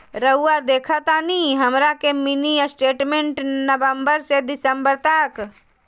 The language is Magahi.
रहुआ देखतानी हमरा के मिनी स्टेटमेंट नवंबर से दिसंबर तक?